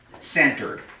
centered